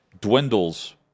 dwindles